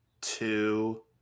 two